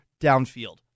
downfield